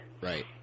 right